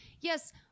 yes